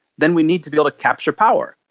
then we need to be able to capture power.